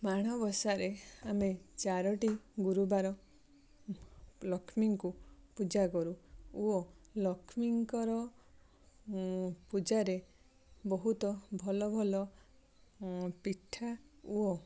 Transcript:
ମାଣବସାରେ ଆମେ ଚାର ଟି ଗୁରୁବାର ଲକ୍ଷ୍ମୀଙ୍କୁ ପୂଜା କରୁ ଓ ଲକ୍ଷ୍ମୀଙ୍କର ପୂଜାରେ ବହୁତ ଭଲ ଭଲ ପିଠା ଓ